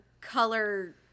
color